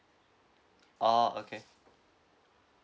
oh okay